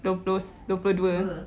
dua puluh dua